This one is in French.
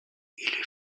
est